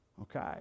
Okay